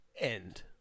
end